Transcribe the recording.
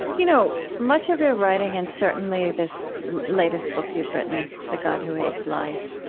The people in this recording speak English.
you know, much of your writing and certainly this latest book you've written, the god who hates lies,